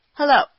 Hello